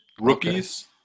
Rookies